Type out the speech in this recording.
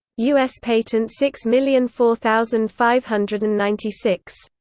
u s. patent six million four thousand five hundred and ninety six,